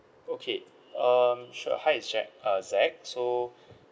okay um sure hi jack uh zach so